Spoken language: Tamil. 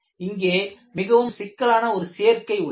இங்கே மிகவும் சிக்கலான ஒரு சேர்க்கை உள்ளது